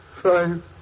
Five